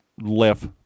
left